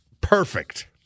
perfect